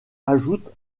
ajoute